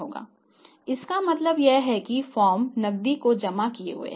इसका मतलब यह है कि फर्म नकदी को जमा किए हुए हैं